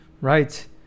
Right